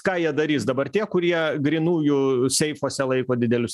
ką jie darys dabar tie kurie grynųjų seifuose laiko didelius